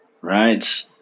right